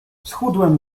schudłem